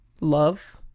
Love